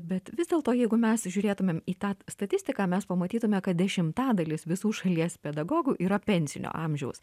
bet vis dėlto jeigu mes žiūrėtumėm į tą statistiką mes pamatytume kad dešimtadalis visų šalies pedagogų yra pensinio amžiaus